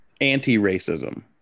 anti-racism